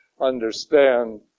understand